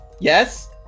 Yes